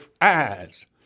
eyes